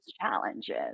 challenges